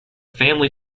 family